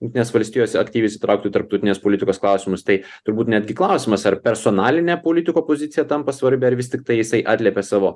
jungtinės valstijos aktyviai įsitrauktų į tarptautinės politikos klausimus tai turbūt netgi klausimas ar personaline politiko pozicija tampa svarbia ar vis tiktai jisai atliepia savo